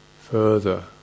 further